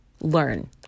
learn